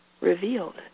revealed